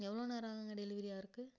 எவ்வளோ நேரம் ஆகுங்க டெலிவரி ஆகுறதுக்கு